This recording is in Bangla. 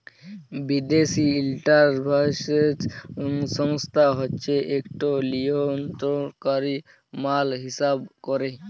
বিদ্যাসি ইস্ট্যাল্ডার্ডাইজেশল সংস্থা হছে ইকট লিয়লত্রলকারি মাল হিঁসাব ক্যরে